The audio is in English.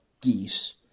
geese